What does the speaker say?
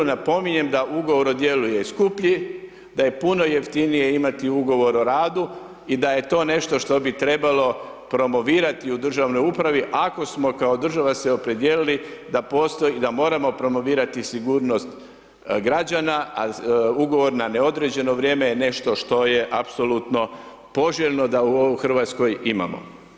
Napominjem da Ugovor o djelu je skuplji, da je puno jeftinije imati Ugovor o radu i da je to nešto što bi trebalo promovirati u državnoj upravi ako smo kao država se opredijelili da postoji i da moramo promovirati sigurnost građana, a Ugovor na neodređeno vrijeme je nešto što je apsolutno poželjno da ovo u RH imamo.